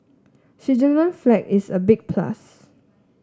Switzerland's flag is a big plus